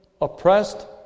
oppressed